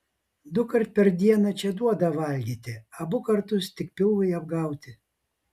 dukart per dieną čia duoda valgyti abu kartus tik pilvui apgauti